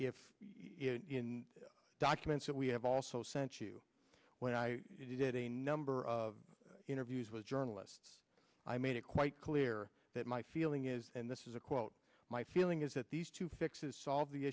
the documents that we have also sent you when i did a number of interviews with journalists i made it quite clear that my feeling is and this is a quote my feeling is that these two fixes solve the